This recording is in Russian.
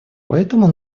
поэтому